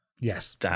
Yes